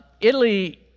Italy